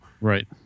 Right